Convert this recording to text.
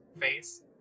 face